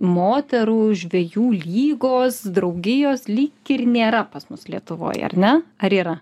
moterų žvejų lygos draugijos lyg ir nėra pas mus lietuvoj ar ne ar yra